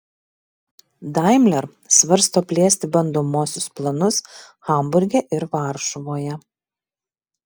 daimler svarsto plėsti bandomuosius planus hamburge ir varšuvoje